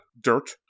dirt